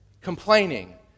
Complaining